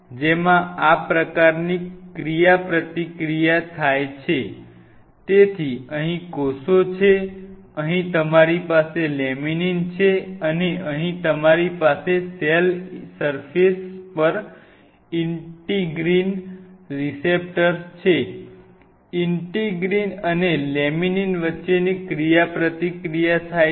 જેમાં આ પ્રકારની ક્રિયાપ્રતિક્રિયા છે તેથી અહીં કોષ છે અહીં તમારી પાસે લેમિનીન છે અને અહીં તમારી પાસે સેલ સર્ફેસ પર ઇન્ટિગ્રિન રીસેપ્ટર્સ છે અને ઇન્ટિગ્રિન અને લેમિનીન વચ્ચેની ક્રિયાપ્રતિક્રિયા થાય છે